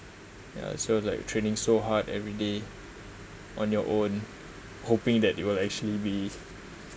ya so like training so hard everyday on your own hoping that it will actually be